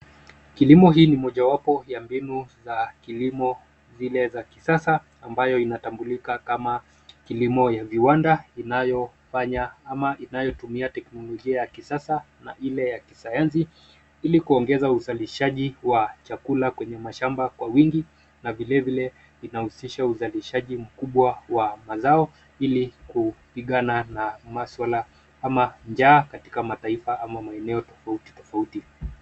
Kilimo hii ni mojawapo ya mbinu za kilimo zile za kisasa ambayo inatambulika kama kilimo ya viwanda, inayofanya ama inayotumia teknolojia ya kisasa na ile ya kisayansi ili kuongeza uzalishaji wa chakula, kwenye mashamba kwa wingi, na vilevile inahusisha uzalishaji mkubwa wa mazao ili kupigana na maswala kama njaa katika mataifa ama maeneo tofauti tofauti.